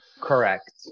Correct